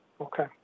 Okay